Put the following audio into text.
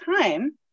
time